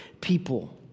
people